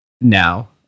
Now